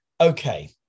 okay